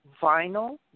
vinyl